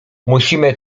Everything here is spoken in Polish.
musimy